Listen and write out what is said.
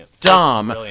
dumb